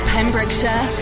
Pembrokeshire